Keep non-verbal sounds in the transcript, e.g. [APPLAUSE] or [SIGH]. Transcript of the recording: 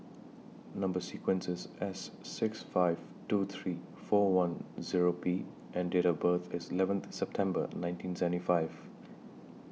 [NOISE] Number sequence IS S six five two three four one Zero B and Date of birth IS eleventh September nineteen seventy five